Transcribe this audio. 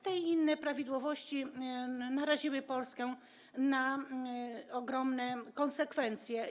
Te i inne nieprawidłowości naraziły Polskę na ogromne konsekwencje.